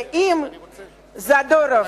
ואם זדורוב,